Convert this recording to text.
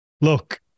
Look